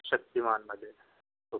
शक्तिमानमध्ये ओ के